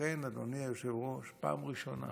אדוני היושב-ראש, פעם ראשונה